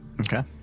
okay